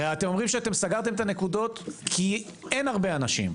הרי אתם אומרים שסגרתם את הנקודות כי אין הרבה אנשים.